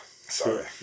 sorry